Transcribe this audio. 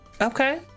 Okay